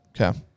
Okay